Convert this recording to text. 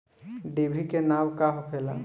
डिभी के नाव का होखेला?